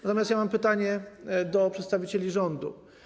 Natomiast mam pytanie do przedstawicieli rządu.